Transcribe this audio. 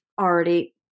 already